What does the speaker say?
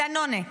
דנונה,